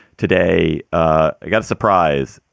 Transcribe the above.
today ah got a surprise.